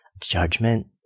judgment